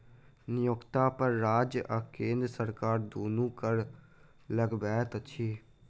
नियोक्ता पर राज्य आ केंद्र सरकार दुनू कर लगबैत अछि